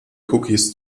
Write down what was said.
cookies